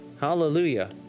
Hallelujah